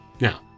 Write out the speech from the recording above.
Now